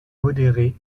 modérée